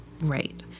Right